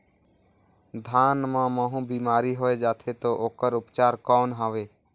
धान मां महू बीमारी होय जाथे तो ओकर उपचार कौन हवे?